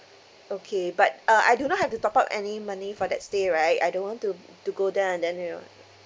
okay but uh I do not have to top up any money for that stay right I don't want to to go there and then you know